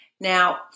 Now